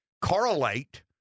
correlate